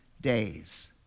days